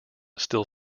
still